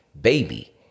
baby